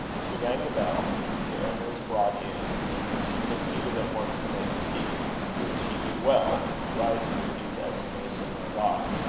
she rang the bell the urn was brought in and she proceeded at once to make the tea which she did well, rising in hugh's estimation thereby.